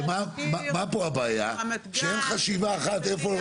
הוא לא ריט ולא שום דבר אחר.